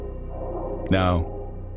Now